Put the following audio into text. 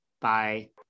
Bye